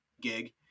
gig